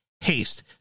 haste